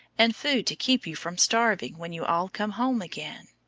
and food to keep you from starving when you all come home again.